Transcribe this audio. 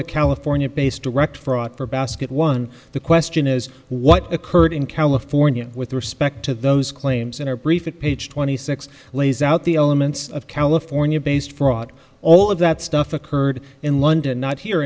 the california based direct fraud for basket one the question is what occurred in california with respect to those claims in our brief page twenty six lays out the elements of california based fraud all of that stuff occurred in london not here